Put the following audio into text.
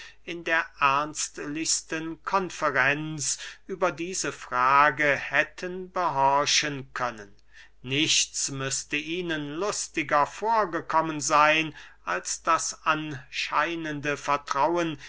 in der ernstlichsten konferenz über diese frage hätten behorchen können nichts müßte ihnen lustiger vorgekommen seyn als das anscheinende vertrauen